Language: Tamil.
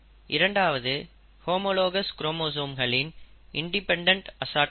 இரண்டாவது ஹோமோலாகஸ் குரோமோசோம்களின் இன்டிபெண்டென்ட் அசார்ட்மெண்ட்